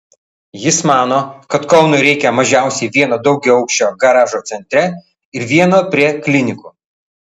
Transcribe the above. jis mano kad kaunui reikia mažiausiai vieno daugiaaukščio garažo centre ir vieno prie klinikų